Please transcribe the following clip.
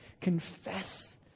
Confess